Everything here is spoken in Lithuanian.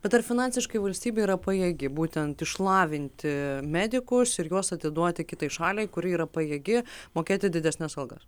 bet ar finansiškai valstybė yra pajėgi būtent išlavinti medikus ir juos atiduoti kitai šaliai kuri yra pajėgi mokėti didesnes algas